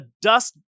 dust